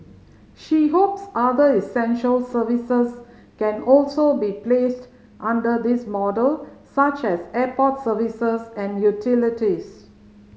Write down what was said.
she hopes other essential services can also be placed under this model such as airport services and utilities